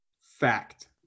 Fact